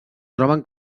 troben